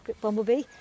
bumblebee